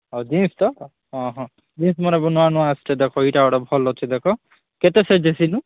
ହଉ ଜିନ୍ସ ତ ହଁ ହଁ ଜିନ୍ସ ମାନେ ନୂଆ ନୂଆ ଆସିଛି ଦେଖ ଏଇଟା ଗୋଟେ ଭଲ ଅଛି ଦେଖ କେତେ ସାଇଜ୍ ଆସିନୁ